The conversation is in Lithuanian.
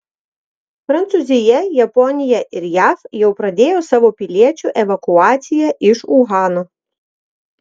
prancūzija japonija ir jav jau pradėjo savo piliečių evakuaciją iš uhano